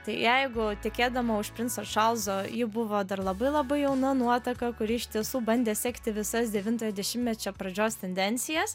tai jeigu tekėdama už princo čarlzo ji buvo dar labai labai jauna nuotaka kuri iš tiesų bandė sekti visas devintojo dešimtmečio pradžios tendencijas